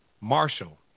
Marshall